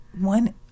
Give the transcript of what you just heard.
one